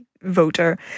voter